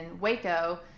Waco